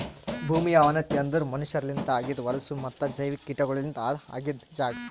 ಭೂಮಿಯ ಅವನತಿ ಅಂದುರ್ ಮನಷ್ಯರಲಿಂತ್ ಆಗಿದ್ ಹೊಲಸು ಮತ್ತ ಜೈವಿಕ ಕೀಟಗೊಳಲಿಂತ್ ಹಾಳ್ ಆಗಿದ್ ಜಾಗ್